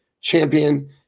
Champion